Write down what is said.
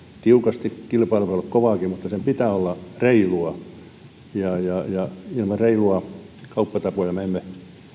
tiukasti kilpailu voi olla kovaakin mutta sen pitää olla reilua ja ilman reiluja kauppatapoja me emme